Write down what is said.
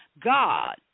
God